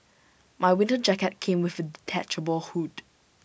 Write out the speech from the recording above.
my winter jacket came with A detachable hood